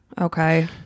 Okay